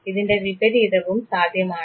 ഇതിൻറെ വിപരീതവും സാധ്യമാണ്